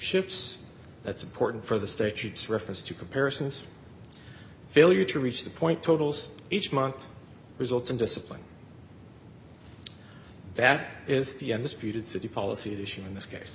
ships that's important for the state's reference to comparison this failure to reach the point totals each month results in discipline that is the undisputed city policy issue in this case